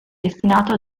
destinato